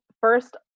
first